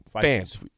fans